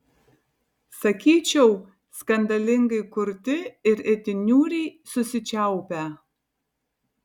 sakyčiau skandalingai kurti ir itin niūriai susičiaupę